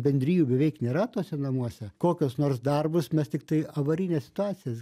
bendrijų beveik nėra tuose namuose kokius nors darbus mes tiktai avarines situacijas